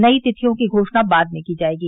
नई तिथियों की घोषणा बाद में की जाएगी